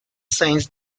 saint